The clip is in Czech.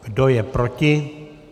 Kdo je proti?